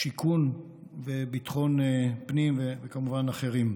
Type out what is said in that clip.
השיכון וביטחון הפנים, וכמובן אחרים.